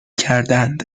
کردند